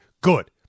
Good